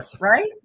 right